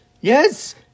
Yes